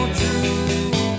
true